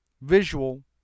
visual